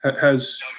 has-